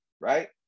right